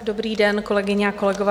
Dobrý den, kolegyně a kolegové.